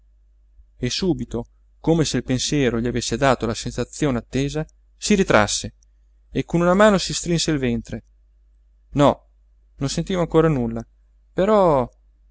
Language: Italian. e subito come se il pensiero gli avesse dato la sensazione attesa si ritrasse e con una mano si strinse il ventre no non sentiva ancor nulla però